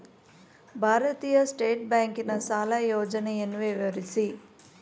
ಭಾರತೀಯ ಸ್ಟೇಟ್ ಬ್ಯಾಂಕಿನ ಸಾಲ ಯೋಜನೆಯನ್ನು ವಿವರಿಸಿ?